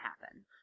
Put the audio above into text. happen